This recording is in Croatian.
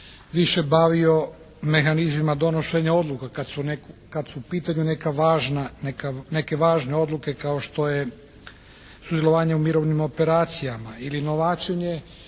više bavio mehanizmima donošenja odluka kad su u pitanju neka važna, neke važne odluke kao što je sudjelovanje u mirovnim operacijama ili novačenje,